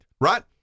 right